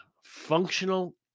Functional